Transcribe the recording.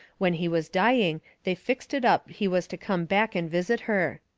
when he was dying they fixed it up he was to come back and visit her.